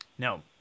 No